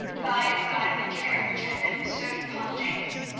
by and by the care which had been bestowed upon james,